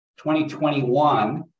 2021